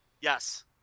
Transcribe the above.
Yes